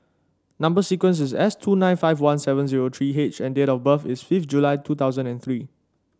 number sequence is S two nine five one seven zero three H and date of birth is fifth July two thousand and three